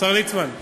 השר ליצמן?